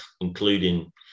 including